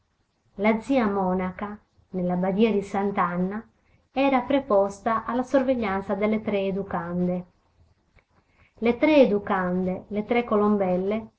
la zia monaca nella badia di sant'anna era preposta alla sorveglianza delle tre educande le tre educande le tre colombelle